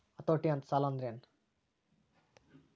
ಹತೋಟಿ ಸಾಲಾಂದ್ರೆನ್?